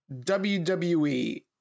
WWE